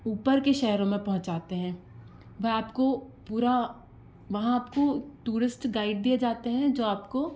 ऊपर के शहरों में पहुँचाते हैं वह आपको पूरा वहाँ आपको टूरिस्ट गाइड दिए जाते हैं जो आपको